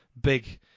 big